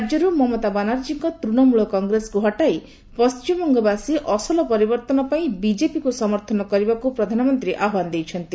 ରାଜ୍ୟରୁ ମମତା ବାନାର୍ଜୀଙ୍କ ତୂଣମୂଳ କଂଗ୍ରେସକୁ ହଟାଇ ପଶ୍ଚିମବଙ୍ଗବାସୀ ଅସଲ ପରିବର୍ତ୍ତନ ପାଇଁ ବିଜେପିକୁ ସମର୍ଥନ କରିବାକୁ ପ୍ରଧାନମନ୍ତ୍ରୀ ଆହ୍ୱାନ ଦେଇଛନ୍ତି